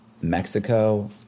Mexico